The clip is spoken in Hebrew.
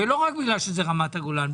לא רק בגלל שזה רמת הגולן.